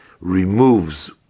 removes